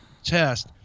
test